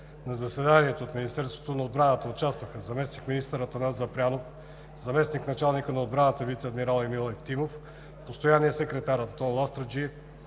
В заседанието от Министерството на отбраната участваха: заместник-министър Атанас Запрянов, заместник-началникът на отбраната вицеадмирал Емил Евтимов, постоянният секретар Антон Ластарджиев,